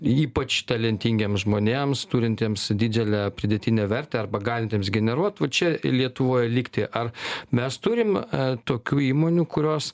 ypač talentingiems žmonėms turintiems didelę pridėtinę vertę arba galintiems generuot va čia lietuvoj likti ar mes turim tokių įmonių kurios